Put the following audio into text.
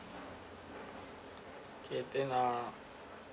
K then uh